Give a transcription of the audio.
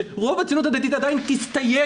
שרוב הציונות הדתית עדיין תסתייג